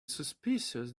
suspicious